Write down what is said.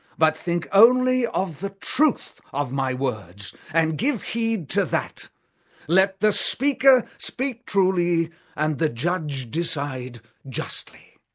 but think only of the truth of my words, and give heed to that let the speaker speak truly and the judge decide justly.